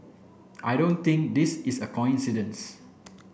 I don't think this is a coincidence